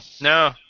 No